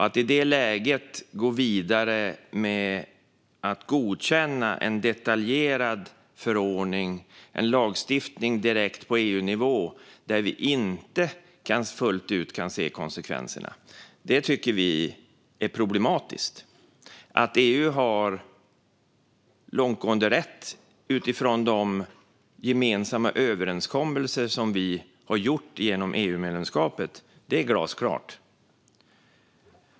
Att i det läget gå vidare med att godkänna en detaljerad förordning, en lagstiftning direkt på EU-nivå, där vi inte fullt ut kan se konsekvenserna tycker vi är problematiskt. Att EU har långtgående rätt utifrån de gemensamma överenskommelser som vi har gjort genom EU-medlemskapet är glasklart.